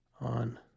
on